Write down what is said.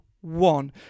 one